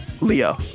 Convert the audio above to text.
Leo